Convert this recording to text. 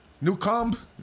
Newcomb